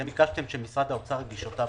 אתם ביקשתם שמשרד האוצר יגיש אותה,